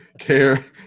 Care